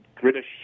British